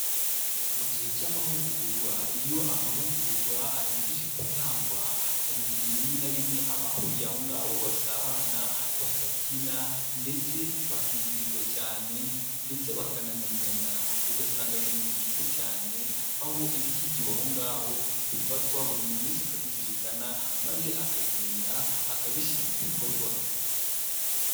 Mu gihe cy'amahugurwa iyo amahugurwa arangije gutangwa, hari igihe rimwe na rimwe abahuriye aho ngaho basabana, bakabyina ndetse bakizihirwa cyane ndetse bakanamenyana, ugasanga n'ibintu byiza cyane aho ibyigiwe aho ngaho bifatwa buri muntu wese akabizirikana maze akagenda akabishyira mu bikorwa.